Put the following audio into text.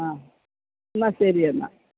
അ എന്നാൽ ശരി എന്നാൽ